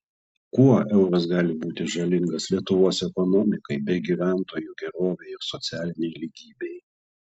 kuo euras gali būti žalingas lietuvos ekonomikai bei gyventojų gerovei ir socialinei lygybei